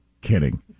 kidding